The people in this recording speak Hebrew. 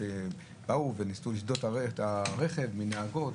שבאו וניסו לשדוד את הרכב מנהגות.